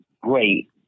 great